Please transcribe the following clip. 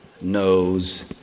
knows